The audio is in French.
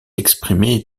exprimée